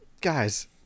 guys